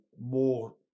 more